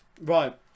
Right